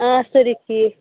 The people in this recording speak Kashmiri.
آ سٲری ٹھیٖک